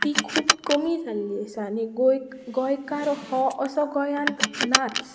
ती खूब कमी जाल्ली आसा आनी गोंय गोंयकार हो असो गोंयांत नाच